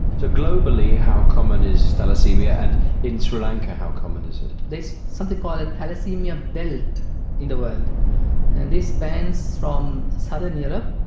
so globally how common is thalassaemia and in sri lanka how common is it? there's something called a thalassaemia belt in the world and this spans from southern europe,